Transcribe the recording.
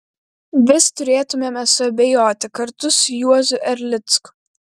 vis turėtumėme suabejoti kartu su juozu erlicku